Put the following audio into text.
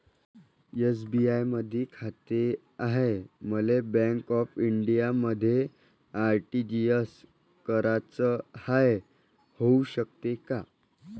SBI मधी खाते हाय, मले बँक ऑफ इंडियामध्ये आर.टी.जी.एस कराच हाय, होऊ शकते का?